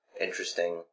Interesting